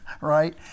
right